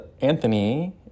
Anthony